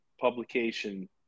publication